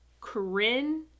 Corinne